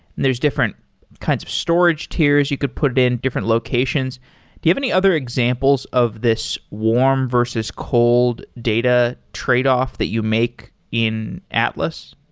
and there're different kinds of storage tiers, you could put in different locations. do you have any other examples of this warm versus cold data tradeoff that you make in atlas?